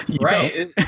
Right